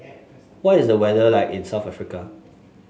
what is the weather like in South Africa